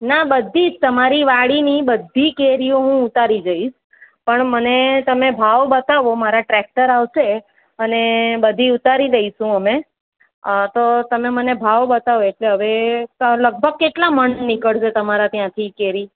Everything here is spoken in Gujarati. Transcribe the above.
ના બધી જ તમારી વાડીની બધી કેરીઓ હું ઉતારી જઈશ પણ મને તમે ભાવ બતાવો મારા ટ્રેકટર આવશે અને બધી ઉતારી દઈશું અમે તો તમે મને ભાવ બતાવો એટલે હવે ત લગભગ કેટલા મણ નીકળશે તમારે ત્યાંથી કેરી